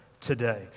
today